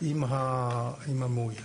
עם המאוימת.